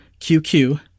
QQ